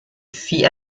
fit